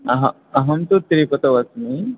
अह अहं तु तिरुपतौ अस्मि